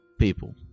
people